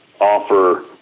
offer